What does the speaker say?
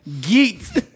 geeks